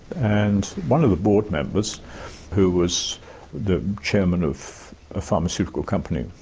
and one of the board members who was the chairman of a pharmaceutical company,